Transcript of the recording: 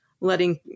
letting